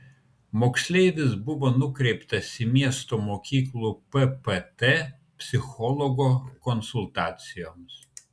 moksleivis buvo nukreiptas į miesto mokyklų ppt psichologo konsultacijoms